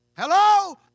Hello